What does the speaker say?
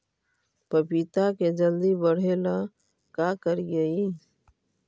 पपिता के जल्दी बढ़े ल का करिअई?